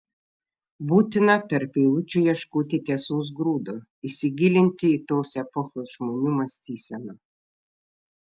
būtina tarp eilučių ieškoti tiesos grūdo įsigilinti į tos epochos žmonių mąstyseną